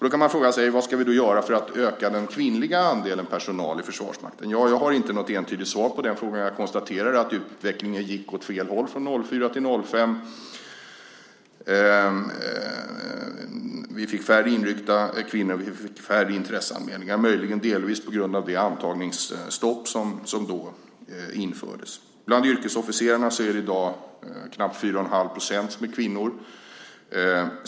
Då kan man fråga: Vad ska vi göra för att öka den kvinnliga andelen av personalen i Försvarsmakten? Ja, jag har inte något entydigt svar på den frågan. Jag konstaterar att utvecklingen gick åt fel från 2004 till 2005. Vi fick färre inryckta kvinnor, och vi fick färre intresseanmälningar. Möjligen var det delvis på grund av det antagningsstopp som då infördes. Bland yrkesofficerarna är det i dag knappt 4 1⁄2 % som är kvinnor.